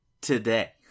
today